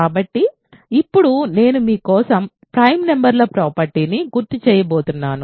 కాబట్టి ఇప్పుడు నేను మీ కోసం ప్రైమ్ నెంబర్ ల ప్రాపర్టీ ని గుర్తు చేయబోతున్నాను